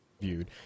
viewed